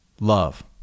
love